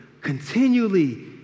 continually